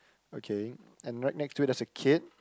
okay and right next to it there's a kid